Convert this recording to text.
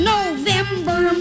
November